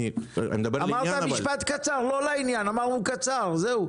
מצד שני,